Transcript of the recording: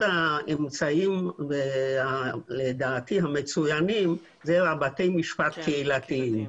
האמצעים המצוינים אלה בתי משפט קהילתיים.